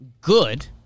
good